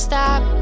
Stop